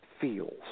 feels